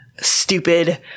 stupid